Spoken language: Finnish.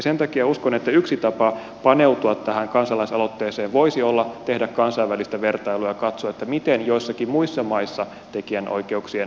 sen takia uskon että yksi tapa paneutua tähän kansalaisaloitteeseen voisi olla tehdä kansainvälistä vertailua ja katsoa miten joissakin muissa maissa tekijänoikeuksien turvaa on järjestetty